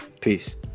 Peace